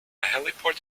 heliport